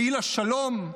פעיל השלום,